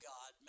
God